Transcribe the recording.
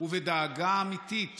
ובדאגה אמיתית